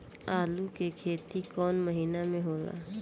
आलू के खेती कवना महीना में होला?